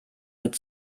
mit